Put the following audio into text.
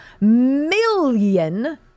million